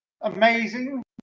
amazing